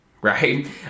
right